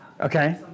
okay